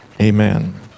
Amen